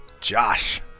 Josh